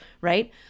right